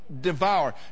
devour